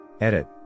Edit